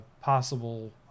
possible